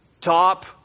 top